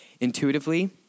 intuitively